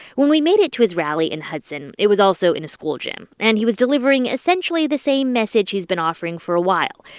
when we made it to his rally in hudson, it was also in a school gym, and he was delivering essentially the same message he's been offering for a while.